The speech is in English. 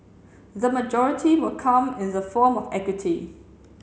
the majority will come in the form of equity